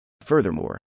Furthermore